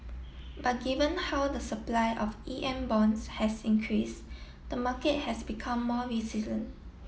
but given how the supply of E M bonds has increased the market has become more resilient